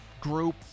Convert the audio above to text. group